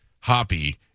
Hoppy